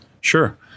Sure